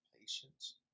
patience